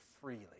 freely